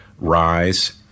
rise